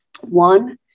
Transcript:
One